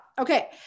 Okay